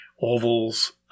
ovals